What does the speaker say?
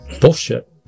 bullshit